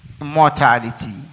mortality